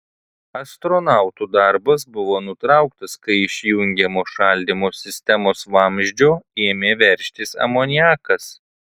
astronautų darbas buvo nutrauktas kai iš jungiamo šaldymo sistemos vamzdžio ėmė veržtis amoniakas